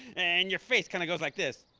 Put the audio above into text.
and your face kinda goes like this.